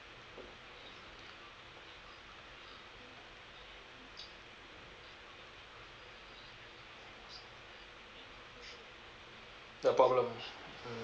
the problem mm